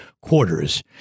quarters